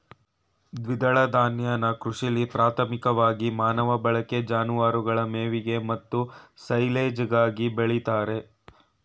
ದ್ವಿದಳ ಧಾನ್ಯನ ಕೃಷಿಲಿ ಪ್ರಾಥಮಿಕವಾಗಿ ಮಾನವ ಬಳಕೆ ಜಾನುವಾರುಗಳ ಮೇವಿಗೆ ಮತ್ತು ಸೈಲೆಜ್ಗಾಗಿ ಬೆಳಿತಾರೆ